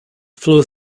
flow